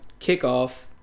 kickoff